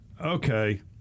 okay